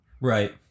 right